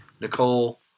Nicole